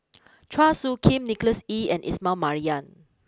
Chua Soo Khim Nicholas Ee and Ismail Marjan